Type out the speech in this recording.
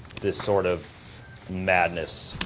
this sort of madness.